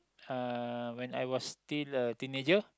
uh when I was still a teenager